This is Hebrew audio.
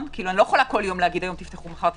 אני לא יכולה כל יום לומר: היום תפתחו מחר תסגרו.